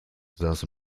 saß